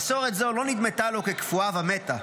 מסורת זו לא נדמתה לו כקפואה ומתה.